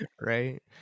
right